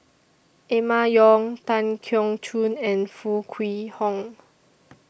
Emma Yong Tan Keong Choon and Foo Kwee Horng